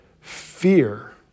fear